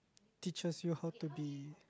teaches you how to be